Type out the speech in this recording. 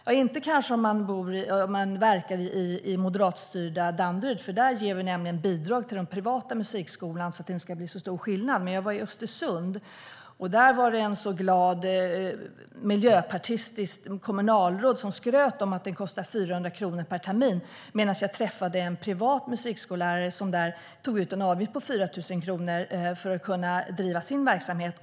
Ja, så är det kanske inte om man verkar i moderatstyrda Danderyd. Där ger vi nämligen bidrag till den privata musikskolan för att det inte ska bli så stor skillnad. Men jag var i Östersund. Där var det en glad miljöpartist, som var kommunalråd, som skröt om att det kostar 400 kronor per termin. Men jag träffade en privat musiklärare som tog ut en avgift på 4 000 kronor för att kunna driva sin verksamhet.